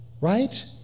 right